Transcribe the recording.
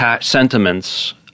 sentiments